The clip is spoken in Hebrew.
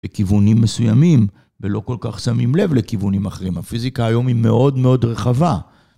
בכיוונים מסוימים ולא כל כך שמים לב לכיוונים אחרים. הפיזיקה היום היא מאוד מאוד רחבה.